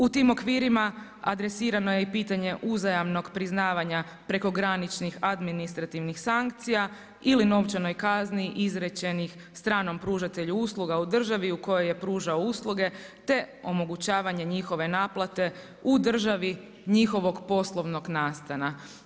U tim okvirima adresirano je i pitanje uzajamnog priznavanja prekograničnih administrativnih sankcija ili novčanoj kazni izrečenih stranom pružatelju usluga u državi u kojoj je pružao usluge te omogućavanje njihove naplate u državi njihovog poslovnog nastana.